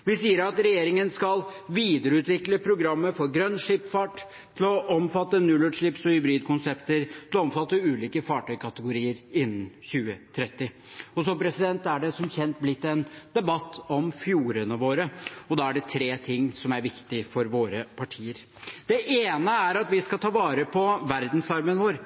Vi sier at regjeringen skal videreutvikle programmet for grønn skipsfart til å omfatte nullutslipps- og hybridkonsepter og til å omfatte ulike fartøykategorier innen 2030. Det er som kjent blitt en debatt om fjordene våre, og da er det tre ting som er viktig for våre partier. Det ene er at vi skal ta vare på verdensarven vår.